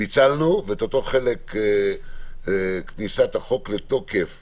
פיצלנו ואת אותו חלק של כניסת החוק לתוקף